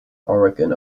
oregon